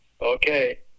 Okay